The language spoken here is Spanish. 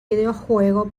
videojuego